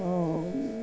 ହଉ